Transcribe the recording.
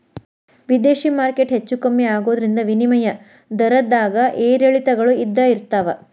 ವಿದೇಶಿ ಮಾರ್ಕೆಟ್ ಹೆಚ್ಚೂ ಕಮ್ಮಿ ಆಗೋದ್ರಿಂದ ವಿನಿಮಯ ದರದ್ದಾಗ ಏರಿಳಿತಗಳು ಇದ್ದ ಇರ್ತಾವ